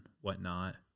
whatnot